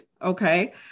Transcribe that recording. Okay